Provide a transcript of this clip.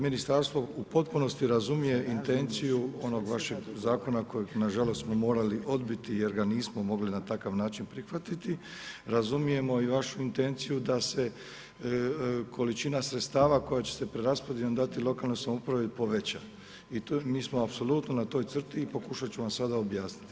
Ministarstvo u potpunosti razumije intencije onog vašeg zakona, kojeg nažalost smo morali odbiti jer ga nismo mogli na takav način prihvatiti, razumijemo i vašu intenciju da se količina sredstava koja će se preraspodjelom dati lokalnoj samoupravi poveća i mi smo apsolutno na toj crti i pokušat ću vam sada objasniti.